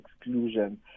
exclusion